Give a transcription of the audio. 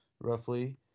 roughly